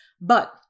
But-